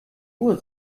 uhr